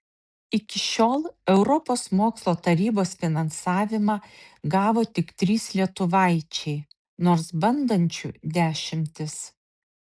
iki šiol europos mokslo tarybos finansavimą gavo tik trys lietuvaičiai nors bandančių dešimtys